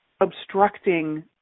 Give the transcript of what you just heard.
obstructing